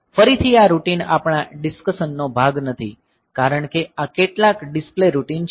ફરીથી આ રૂટિન આપણાં ડિસ્કશનનો ભાગ નથી કારણ કે આ કેટલાક ડિસ્પ્લે રૂટિન છે